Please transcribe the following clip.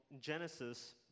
Genesis